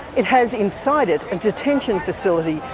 it has inside it a detention facility,